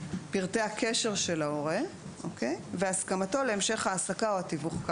פרטי הקשר של ההורה והסכמתו להמשך העסקה או התיווך,